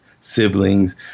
siblings